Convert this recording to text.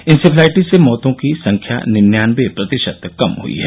encephalitis से मौतों की संख्या निन्यानवे प्रतिशत कम हयी है